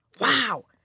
Wow